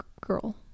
girl